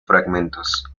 fragmentos